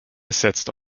setzt